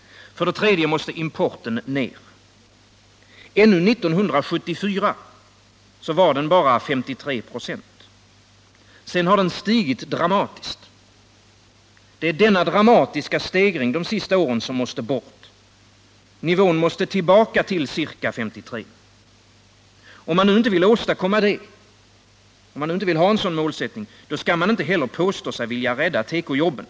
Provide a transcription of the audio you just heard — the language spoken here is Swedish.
För det tredje måste importen ner. Ännu 1974 var den bara 53 96. Sedan har den stigit dramatiskt. Det är denna dramatiska stegring de senaste åren som 103 måste bort. Nivån måste tillbaka till ca 53 26. Om man inte vill åstadkomma det — och om man nu inte vill ha en sådan målsättning — då skall man inte heller påstå sig vilja rädda tekojobben.